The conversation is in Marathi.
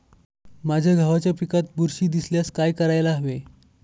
माझ्या गव्हाच्या पिकात बुरशी दिसल्यास काय करायला हवे?